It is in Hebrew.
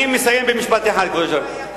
בסדר.